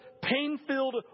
pain-filled